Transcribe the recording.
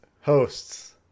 hosts